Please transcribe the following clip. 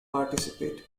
participate